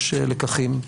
יש לקחים,